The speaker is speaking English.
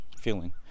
feeling